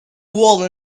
wool